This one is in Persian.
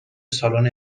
سالن